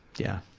yeah.